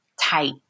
tight